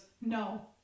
no